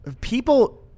people